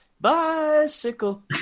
bicycle